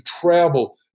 travel